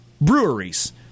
breweries